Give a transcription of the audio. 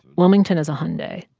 wilmington is a hyundai.